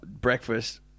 breakfast